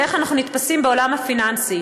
איך אנחנו נתפסים בעולם הפיננסי.